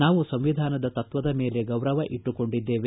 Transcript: ನಾವು ಸಂವಿಧಾನದ ತತ್ವದ ಮೇಲೆ ಗೌರವ ಇಟ್ಟುಕೊಂಡಿದ್ದೇವೆ